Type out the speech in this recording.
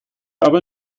aber